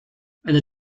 eine